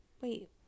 Wait